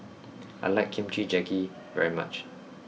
I like Kimchi Jjigae very much